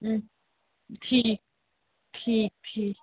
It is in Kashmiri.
ٹھیٖک ٹھیٖک ٹھیٖک